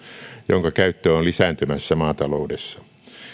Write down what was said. jonka käyttö on lisääntymässä maataloudessa